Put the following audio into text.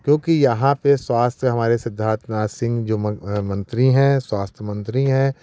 क्योंकि यहाँ पे स्वास्थ्य हमारे सिद्धार्थनाथ सिंह जो मंत्री है स्वास्थ्य मंत्री हैं